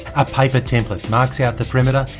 a paper template marks out the perimeter,